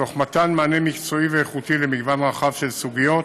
תוך מתן מענה מקצועי ואיכותי למגוון רחב של סוגיות